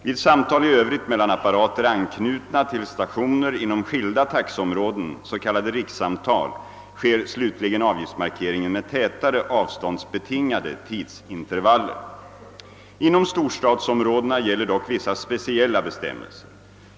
Vid samtal i övrigt mellan apparater anknutna till stationer inom skilda taxeområden — s.k. rikssamtal — sker slutligen avgiftsmarkeringen med tätare, avståndsbetingade tidsintervaller. Inom storstadsområdena gäller dock vissa speciella bestämmelser.